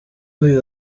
uyu